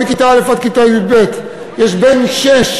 מכיתה א' עד כיתה ו' יש בין שש